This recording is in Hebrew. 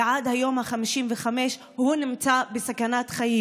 ועד היום ה-55 הוא נמצא בסכנת חיים.